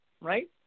right